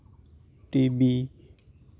TV